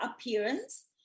appearance